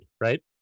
right